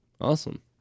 Awesome